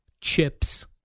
chips